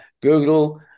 Google